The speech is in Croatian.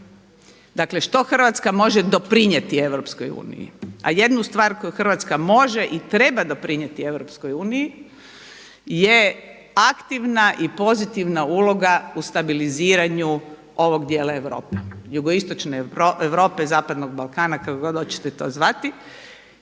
Dakle, što Hrvatska može doprinijeti EU, a jednu stvar koju Hrvatska može i treba doprinijeti EU je aktivna i pozitivna uloga u stabiliziranju ovog dijela Europe, Jugoistočne Europe i Zapadnog Balkana kako god hoćete to zvati,